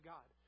God